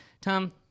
Tom